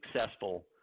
successful